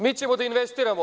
Mi ćemo da investiramo.